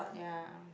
ya